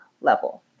level